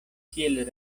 kiel